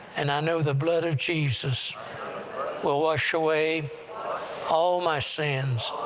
and i know the blood of jesus will wash away all my sins!